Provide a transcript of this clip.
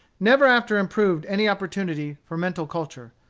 never after improved any opportunity for mental culture.